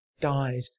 died